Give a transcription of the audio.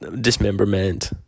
dismemberment